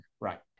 Right